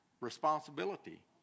responsibility